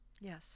Yes